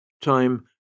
Time